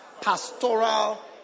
pastoral